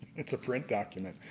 it's a print document,